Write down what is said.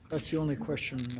that's the only question.